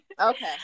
Okay